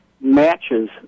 matches